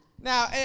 Now